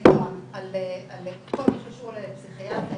החיסיון על כל מה שקשור לפסיכיאטריה,